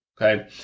Okay